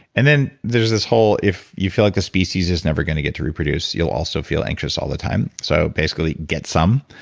and then there's this whole if you feel like the species is never going to get to reproduce, you'll also feel anxious all the time, so basically, get some,